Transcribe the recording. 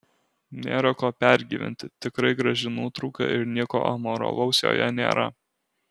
nėra ko pergyventi tikrai graži nuotrauka ir nieko amoralaus joje nėra